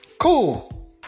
Cool